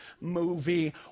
movie